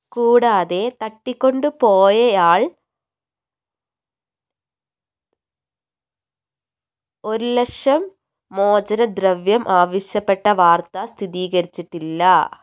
കൂടാതെ തട്ടിക്കൊണ്ടുപോയയാൾ ഒരു ലക്ഷം മോചനദ്രവ്യം ആവശ്യപ്പെട്ട വാർത്ത സ്ഥിതീകരിച്ചിട്ടില്ല